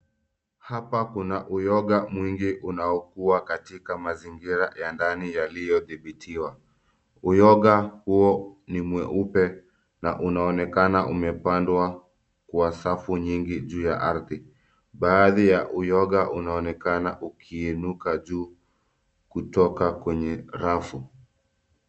Hapa kuna uyoga mwingi unaokua katika mazingira ya ndani yaliyodhibitiwa. Uyoga huo ni mweupe na unaonekana umepandwa kwa safu nyingi juu ya ardhi. Baadhi ya uyoga unaonekana ukiinuka juu kutoka kwenye rafu.